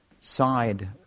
side